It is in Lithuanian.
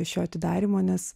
šio atidarymo nes